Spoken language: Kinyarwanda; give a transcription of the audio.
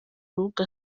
rubuga